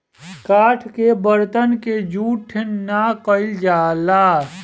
काठ के बरतन के जूठ ना कइल जाला